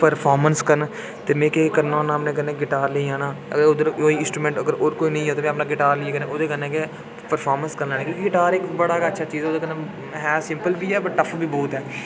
performance करना में केह् करना होन्ना अपने कन्नै गिटार लेई जन्नां उद्धर इंसट्रूमैंट अगर होर कोई नेईं ऐ ते में अपना गिटार लेई जन्नां कन्नै ओह्दे कन्नै गै प्रफारमैंस करी लैनी गिटार इक बड़ी गै अच्छा चीज ऐ ओह्दे कन्नै एह् सिंपल बी ऐ टफ्फ बी बहुत ऐ